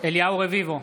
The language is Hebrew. אליהו רביבו,